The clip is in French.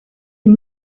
une